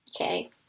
Okay